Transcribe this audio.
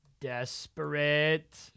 Desperate